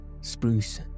spruce